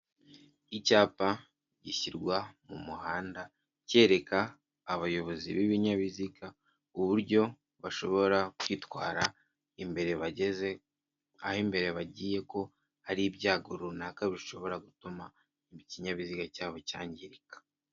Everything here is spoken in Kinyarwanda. Icyapa gishyirwa mu muhanda cyereka abayobozi b'ibinyabiziga uburyo bashobora kwitwara imbere bageze aho imbere bagiye ko hari ibyago runaka bishobora gutuma ikinyabiziga cyabo cyangirika.